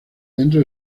dentro